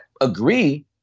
agree